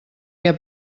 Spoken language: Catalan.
què